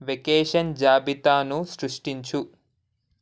vacation జాబితాను సృష్టించు